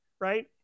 right